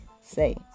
say